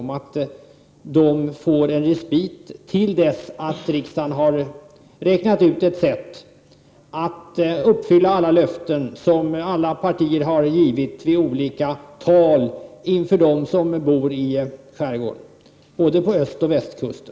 Det innebär en respit till dess riksdagen har räknat ut ett sätt att uppfylla alla de löften som alla partier har givit i olika tal inför dem som bor i skärgården, både på östoch på västkusten.